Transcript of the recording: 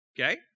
Okay